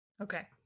Okay